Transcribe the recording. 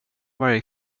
varje